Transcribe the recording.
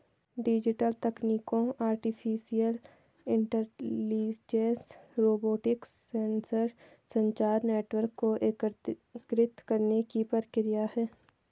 digital तकनीकों artificial intelligence, robotics, sensor, संचार network को एकीकृत करने की प्रक्रिया है